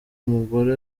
umugore